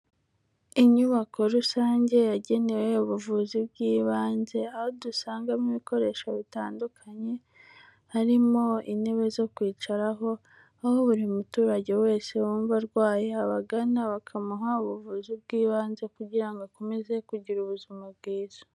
Inyubako rusange yagenewe ubuvuzi bw'ibanze, aho dusangamo ibikoresho bitandukanye, harimo intebe zo kwicaraho, aho buri muturage wese wumva arwaye abagana bakamuha ubuvuzi bw'ibanze, kugira ngo akomeze kugira ubuzima bwiza.